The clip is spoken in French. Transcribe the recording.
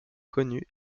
connue